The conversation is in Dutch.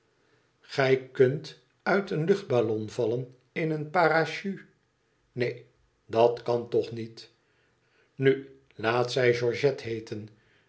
gij kunt uit een luchtballon vallen in een parach neen dat kan toch niet nu laat zij georgette heeten